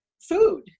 food